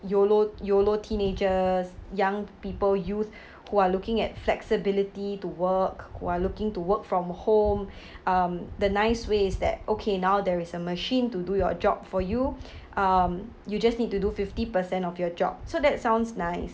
YOLO YOLO teenagers young people youth who are looking at flexibility to work who are looking to work from home um the nice way is that okay now there is a machine to do your job for you um you just need to do fifty per cent of your job so that sounds nice